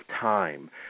time